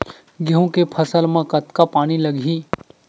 गेहूं के फसल म कतका पानी लगही?